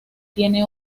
tiene